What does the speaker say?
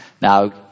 Now